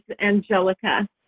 Angelica